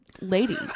lady